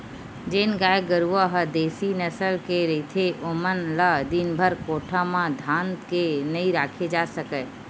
जेन गाय गरूवा ह देसी नसल के रहिथे ओमन ल दिनभर कोठा म धांध के नइ राखे जा सकय